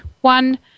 one